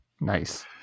Nice